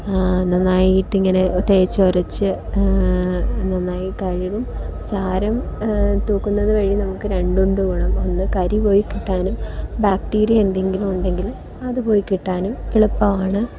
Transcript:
നന്നായിട്ടിങ്ങനെ തേച്ച് ഒരച്ച് നാന്നായി കഴുകും ചാരം തൂക്കുന്നതുവഴി നമുക്ക് രണ്ടുണ്ട് ഗുണം ഒന്ന് കരി പോയി കിട്ടാനും ബാക്റ്റീരിയ എന്തെങ്കിലും ഉണ്ടെങ്കില് അത് പോയി കിട്ടാനും എളുപ്പമാണ്